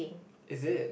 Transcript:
is it